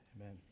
Amen